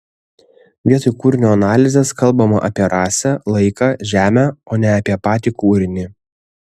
vietoj kūrinio analizės kalbama apie rasę laiką žemę o ne apie patį kūrinį